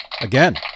Again